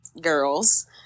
girls